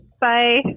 Bye